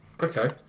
Okay